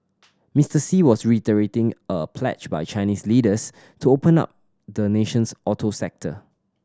Mister Xi was reiterating a pledge by Chinese leaders to open up the nation's auto sector